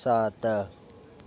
सात